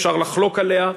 אפשר לחלוק עליה,